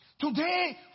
Today